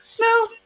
no